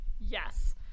Yes